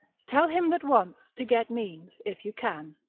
tell him that wants, to get means, if you can.